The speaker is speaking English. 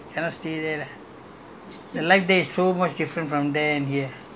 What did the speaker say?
that was fun lah I stayed there for three months lah but lousy lah cannot stay there lah